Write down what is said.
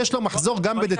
יש לו מחזור גם בדצמבר.